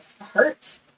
hurt